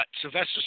Sylvester